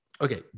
Okay